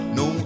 no